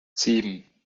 sieben